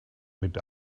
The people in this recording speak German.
mit